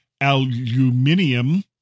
aluminium